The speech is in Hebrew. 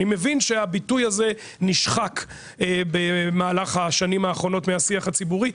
אני מבין שהביטוי הזה נשחק במהלך השנים האחרונות מהשיח הציבורי,